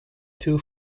two